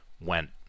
went